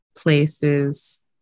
places